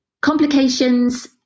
Complications